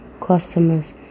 customers